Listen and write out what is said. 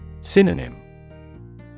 Synonym